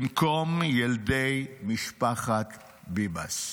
במקום ילדי משפחת ביבס.